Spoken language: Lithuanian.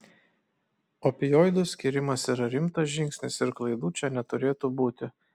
opioidų skyrimas yra rimtas žingsnis ir klaidų čia neturėtų būti